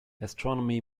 astronomy